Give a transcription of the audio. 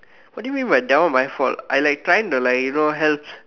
what do you mean by that one my fault I like trying to like help